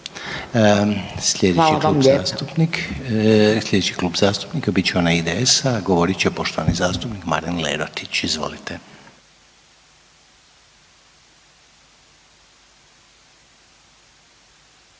slijedeći Klub zastupnika bit će onaj IDS-a, a govorit će poštovani zastupnik Marin Lerotić. Izvolite.